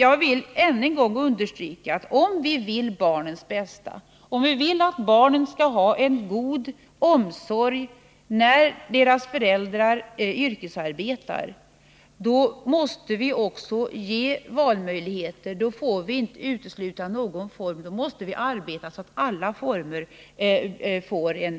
Jag vill än en gång understryka att om vi vill barnens bästa, om vi vill att barnen skall få en god omsorg när deras föräldrar yrkesarbetar, måste vi också skapa valmöjligheter. Då får vi inte utesluta någon form, utan då måste vi arbeta så att alla former